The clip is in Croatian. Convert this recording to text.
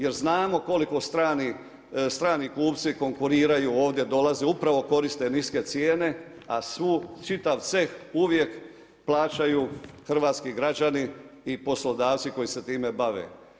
Jer znamo koliko strani kupci konkuriraju, ovdje dolaze, upravo koriste niske cijene a čitav ceh uvijek plaćaju hrvatski građani i poslodavci koji se time bave.